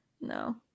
No